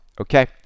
okay